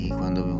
quando